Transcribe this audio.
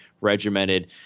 regimented